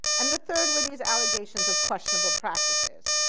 and the third were these allegations of questionable practices.